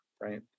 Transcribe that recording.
right